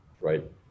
right